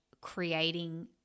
creating